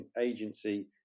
agency